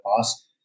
past